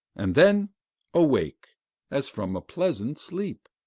and then awake as from a pleasant sleep.